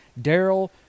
Daryl